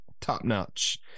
top-notch